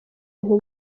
ibintu